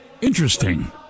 Interesting